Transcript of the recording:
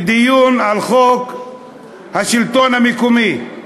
בדיון על חוק השלטון המקומי,